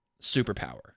superpower